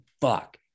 fuck